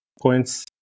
points